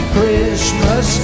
Christmas